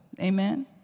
Amen